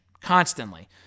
Constantly